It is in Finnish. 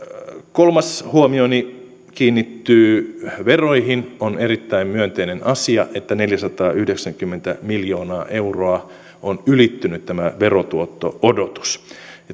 kolmas huomioni kiinnittyy veroihin on erittäin myönteinen asia että neljäsataayhdeksänkymmentä miljoonaa euroa on ylittynyt tämä verotuotto odotus